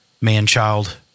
man-child